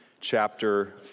chapter